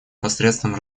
посредством